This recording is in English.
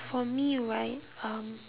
for me right um